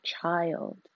child